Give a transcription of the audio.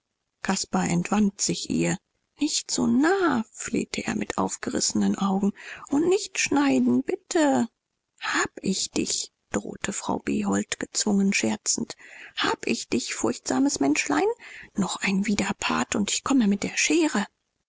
caspar entwand sich ihr nicht so nahe flehte er mit aufgerissenen augen und nicht schneiden bitte hab ich dich drohte frau behold gezwungen scherzend hab ich dich furchtsames menschlein noch ein widerpart und ich komme mit der schere